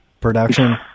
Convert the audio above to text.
production